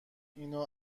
اینو